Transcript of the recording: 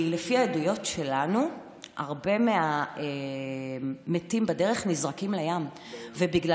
לפי העדויות שבידנו הרבה מהמתים בדרך נזרקים לים ולכן